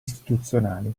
istituzionali